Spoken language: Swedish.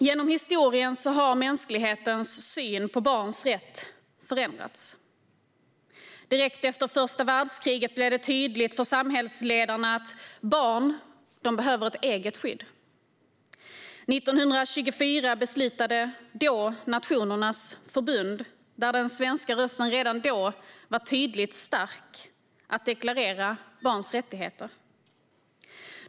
Genom historien har mänsklighetens syn på barns rätt förändrats. Direkt efter första världskriget blev det tydligt för samhällsledarna att barn behöver ett eget skydd. År 1924 beslutade Nationernas förbund, där den svenska rösten redan då var tydligt stark, att deklarera barns rättigheter.